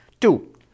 Two